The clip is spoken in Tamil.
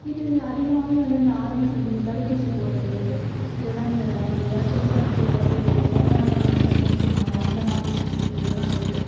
இது அதிகமாகவே வந்து அந்த ஆரம்ப சிகிச்சை இந்தத் தடுப்பூசி போடுறது இல்லைன்னா அந்த ஏதாவது செக் பண்ணிட்டு ஏதாவது கொரோனா எல்லாம் வந்தப்போ டெஸ்ட் பண்ணுவாங்கல்ல அந்த மாதிரி இந்த இதெல்லாம் வருது